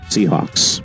Seahawks